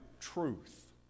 truth